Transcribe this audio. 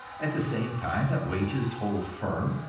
at the same time that wages hold firm,